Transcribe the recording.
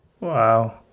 wow